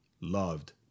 loved